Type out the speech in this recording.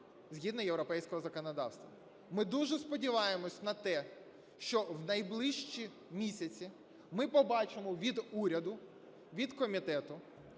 згідно європейського законодавства. Ми дуже сподіваємося на те, що в найближчі місяці ми побачимо від уряду, від комітету